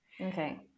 Okay